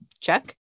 check